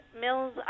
Mills